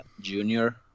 junior